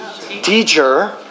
teacher